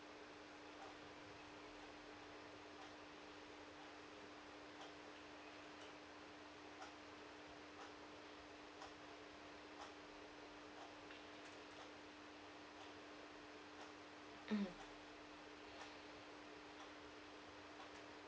mm